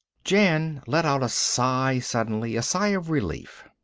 jan let out a sigh suddenly, a sigh of relief.